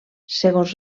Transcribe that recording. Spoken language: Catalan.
segons